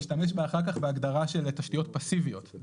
בהגדרה "נכסי הרישיון",